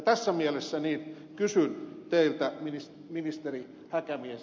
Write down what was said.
tässä mielessä kysyn teiltä ministeri häkämies